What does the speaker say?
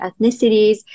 ethnicities